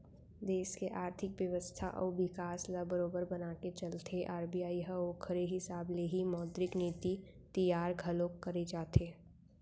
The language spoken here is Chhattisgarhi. देस के आरथिक बेवस्था अउ बिकास ल बरोबर बनाके चलथे आर.बी.आई ह ओखरे हिसाब ले ही मौद्रिक नीति तियार घलोक करे जाथे